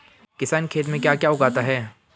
किसान खेत में क्या क्या उगाता है?